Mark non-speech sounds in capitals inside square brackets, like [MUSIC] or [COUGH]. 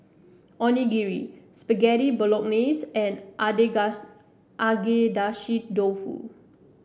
Onigiri Spaghetti Bolognese and [UNINTELLIGIBLE] Agedashi Dofu